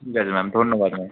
ঠিক আছে ম্যাম ধন্যবাদ ম্যাম